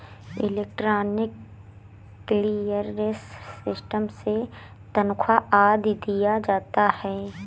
electronic clearance system से तनख्वा आदि दिया जाता है